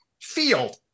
field